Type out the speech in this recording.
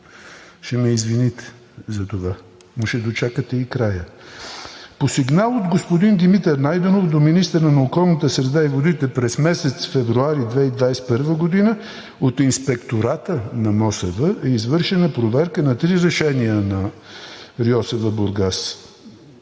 Ще ме извините за това, но ще дочакате и края. По сигнал от господин Димитър Найденов до министъра на околната среда и водите през месец февруари 2021 г. от Инспектората на МОСВ е извършена проверка на три решения на РИОСВ – Бургас